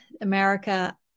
America